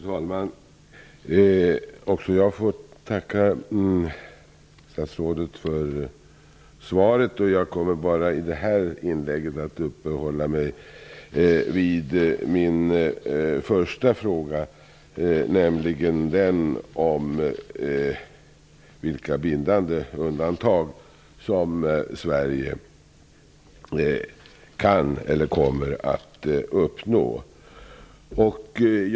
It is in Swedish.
Fru talman! Också jag tackar statsrådet för svaret. I detta inlägg kommer jag att uppehålla mig vid min första fråga, nämligen vilka bindande undantag som Sverige kan komma att uppnå.